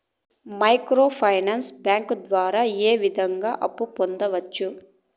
micro finance bank ద్వారా ఏ విధంగా అప్పు పొందొచ్చు